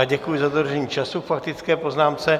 Já děkuji za dodržení času k faktické poznámce.